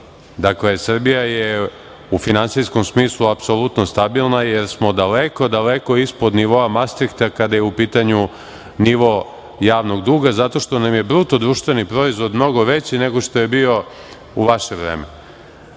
Dakle, Srbija je u finansijskom smislu apsolutno stabilna, jer smo daleko, daleko ispod nivoa mastrihta, kada je u pitanju nivo javnog duga, zato što nam je BDP, mnogo veći nego što je bio u vaše vreme. Neću